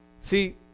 See